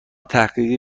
تحقیقی